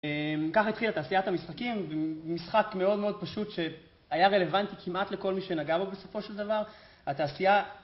כך התחילה תעשיית המשחקים, משחק מאוד מאוד פשוט שהיה רלוונטי כמעט לכל מי שנגע בו בסופו של דבר. התעשיה...